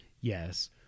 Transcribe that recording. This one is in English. yes